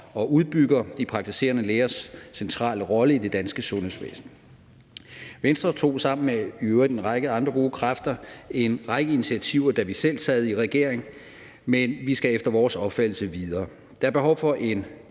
og udbygger de praktiserende lægers centrale rolle i det danske sundhedsvæsen. Venstre tog, i øvrigt sammen med andre gode kræfter, en række initiativer, da vi selv sad i regering, men vi skal efter vores opfattelse videre. Der er behov for en